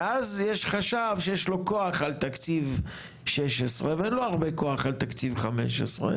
ואז יש חשב שיש לו כוח על תקציב 16 ואין לו הרבה כוח על תקציב 15,